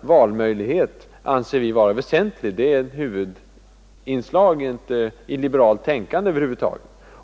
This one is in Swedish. valmöjligheter tycker vi är väsentliga. Det är ett huvudinslag i liberalt tänkande.